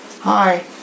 hi